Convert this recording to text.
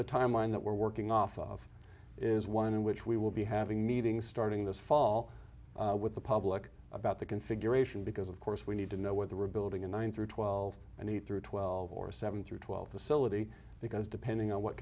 the timeline that we're working off of is one in which we will be having meetings starting this fall with the public about the configuration because of course we need to know whether we're building a nine through twelve and a through twelve or seven through twelve facility because depending on what